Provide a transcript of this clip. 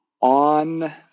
on